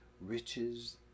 riches